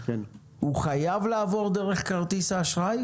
הוא חייב לעבור דרך כרטיס האשראי?